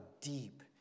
deep